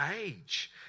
age